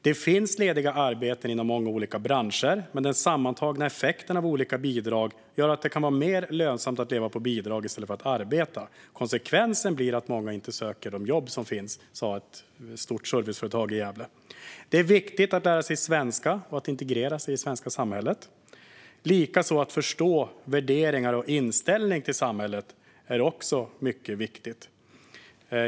Det finns lediga arbeten inom många olika branscher, men den sammantagna effekten av olika bidrag gör att det kan vara mer lönsamt att leva på bidrag i stället för att arbeta. Ett stort serviceföretag i Gävle sa att konsekvensen blir att många inte söker de jobb som finns. Det är viktigt att lära sig svenska och att integrera sig i det svenska samhället. Att förstå värderingar liksom inställningen till samhället är också mycket viktigt.